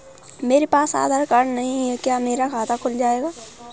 मेरे पास आधार कार्ड नहीं है क्या मेरा खाता खुल जाएगा?